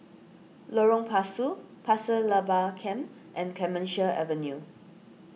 Lorong Pasu Pasir Laba Camp and Clemenceau Avenue